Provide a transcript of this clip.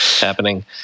happening